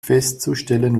festzustellen